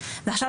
ועכשיו,